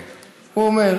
מעשה